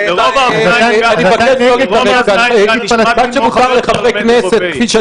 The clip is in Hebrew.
אבל רוב חברי הכנסת אינם מהאו"ם והם מצדדים בעמדה פרו-ישראלית.